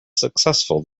successful